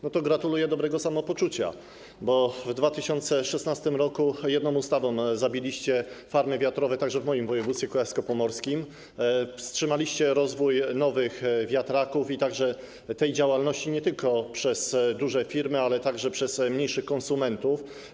No to gratuluję dobrego samopoczucia, bo w 2016 r. jedną ustawą zabiliście farmy wiatrowe także w moim województwie kujawsko-pomorskim, wstrzymaliście rozwój w odniesieniu do nowych wiatraków, także tej działalności prowadzonej nie tylko przez duże firmy, ale też przez mniejszych konsumentów.